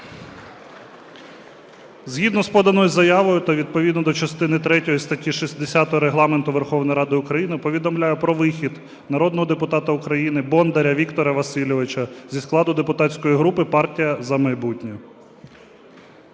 Згідно з поданою заявою та відповідно до частини третьої статті 60 Регламенту Верховної Ради України, повідомляю про вихід народного депутата України Бондаря Віктора Васильовича зі складу депутатської групи "Партія "За майбутнє".